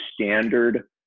standard